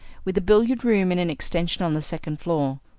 with a billiard-room in an extension on the second floor.